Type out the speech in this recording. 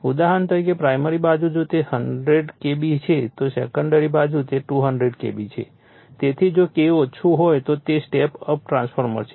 ઉદાહરણ તરીકે પ્રાઇમરી બાજુ જો તે 100 KB છે તો સેકન્ડરી બાજુ તે 200 KB છે તેથી જો K ઓછું હોય તો તે એક સ્ટેપ અપ ટ્રાન્સફોર્મર છે